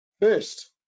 first